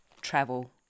travel